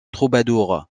troubadour